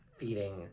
feeding